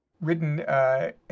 written